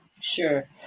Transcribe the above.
Sure